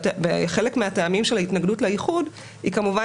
וחלק מהטעמים של ההתנגדות לאיחוד היא כמובן